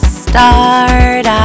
start